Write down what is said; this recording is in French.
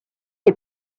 est